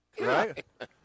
Right